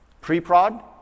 Pre-prod